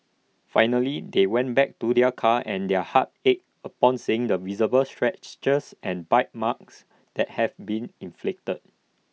finally they went back to their car and their hearts ached upon seeing the visible scratches and bite marks that had been inflicted